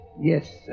Yes